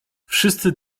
wszyscy